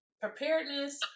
preparedness